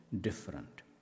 different